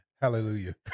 Hallelujah